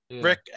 Rick